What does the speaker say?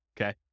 okay